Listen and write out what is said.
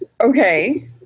Okay